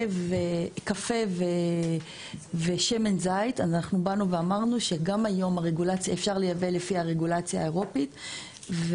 קפה ושמן זית אמרנו שאפשר לייבא לפי הרגולציה האירופית.